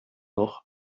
noch